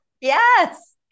yes